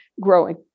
growing